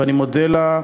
ואני מודה לה,